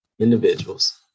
individuals